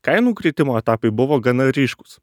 kainų kritimo etapai buvo gana ryškūs